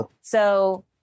So-